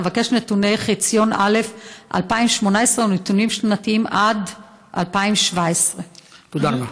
אבקש נתוני חציון א' 2018 ונתונים שנתיים עד 2017. תודה רבה.